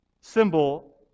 symbol